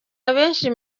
abenshi